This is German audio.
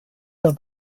der